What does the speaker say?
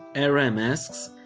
r. m. asks,